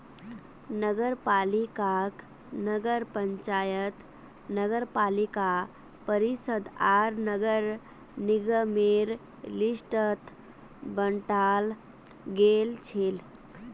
नगरपालिकाक नगर पंचायत नगरपालिका परिषद आर नगर निगमेर लिस्टत बंटाल गेलछेक